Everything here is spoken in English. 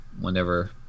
whenever